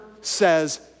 says